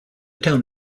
town